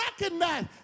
recognize